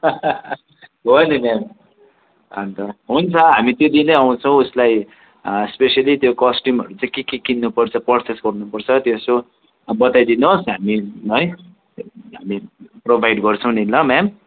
हो नि म्याम अन्त हुन्छ हामी त्यो दिनै आउँछौँ उसलाई स्पेसियली त्यो कस्ट्युमहरू चाहिं के के किन्न पर्छ पर्चेस गर्नु पर्छ त्यो यसो अब बताइदिनु होस् हामी है हामी प्रोभाइड गर्छौँ नि ल म्याम